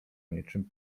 niczym